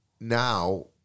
Now